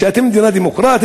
שאתם מדינה דמוקרטית,